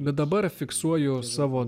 bet dabar fiksuoju savo